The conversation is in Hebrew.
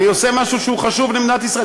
אני עושה משהו שהוא חשוב למדינת ישראל.